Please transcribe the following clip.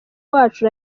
wacu